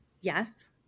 Yes